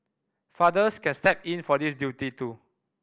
fathers can step in for this duty too